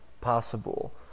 possible